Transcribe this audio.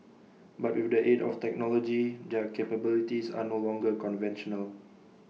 but with the aid of technology their capabilities are no longer conventional